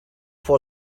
for